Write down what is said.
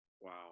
Wow